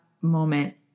moment